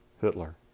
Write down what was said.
Hitler